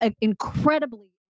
incredibly